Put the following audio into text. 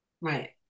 right